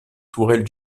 tourelles